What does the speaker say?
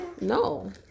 no